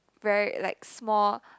very like small